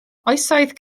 oesoedd